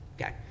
Okay